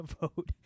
vote